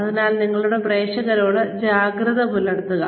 അതിനാൽ നിങ്ങളുടെ പ്രേക്ഷകരോട് ജാഗ്രത പുലർത്തുക